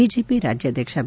BJP ರಾಜ್ಯಾಧ್ವಕ್ಷ B